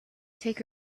take